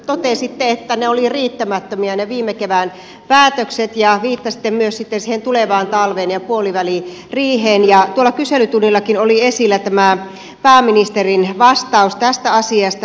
totesitte että ne viime kevään päätökset olivat riittämättömiä ja viittasitte myös tulevaan talveen ja puoliväliriiheen ja tuolla kyselytunnillakin oli esillä pääministerin vastaus tästä asiasta